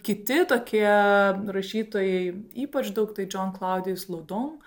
kiti tokie rašytojai ypač daug tai džon klaudijus loudon